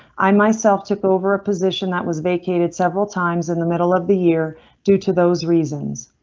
i myself took over a position that was vacated several times in the middle of the year due to those reasons.